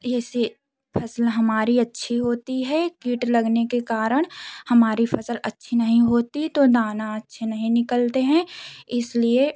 एसे से फस्ल हमारी अच्छी होती है कीट लगने के कारण हमारी फसल अच्छी नहीं होती तो दाना अच्छे नहीं निकलते हैं इसलिए